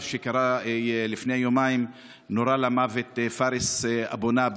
שקרה: לפני יומיים נורה למוות פארס אבו נאב,